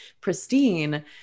pristine